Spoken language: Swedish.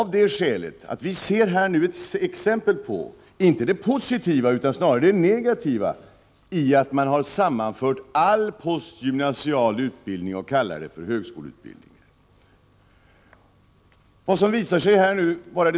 Vi ser här nämligen ett exempel på inte det positiva utan snarare det negativa i att man har sammanfört all postgymnsial utbildning och kallat den högskoleutbildning.